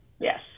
Yes